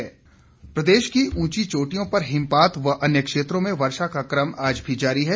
मौसम प्रदेश की ऊंची चोटियों पर हिमपात व अन्य क्षेत्रों में वर्षा का कम आज भी जारी है